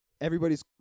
everybody's